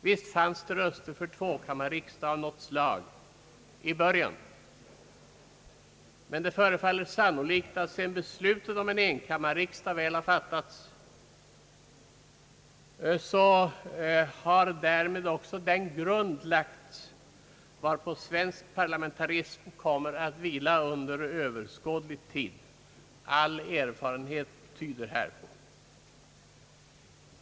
Visst fanns det röster för en tvåkammarriksdag av något slag i början, men det förefaller sannolikt att sedan beslutet om en enkammarriksdag väl har fattats, så har därmed också den grund lagts varpå svensk parlamentarism kommer att vila under överskådlig tid. All erfarenhet tyder härpå.